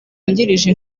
wungirije